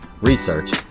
research